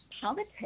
politics